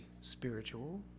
spiritual